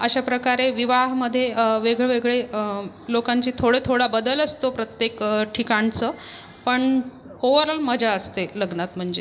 अशाप्रकारे विवाहामध्ये वेगवेगळे लोकांचे थोडे थोडा बदल असतो प्रत्येक ठिकाणचं पण ओव्हरऑल मजा असते लग्नात म्हणजे